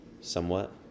somewhat